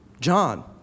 John